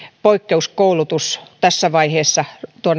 poikkeuskoulutus tässä vaiheessa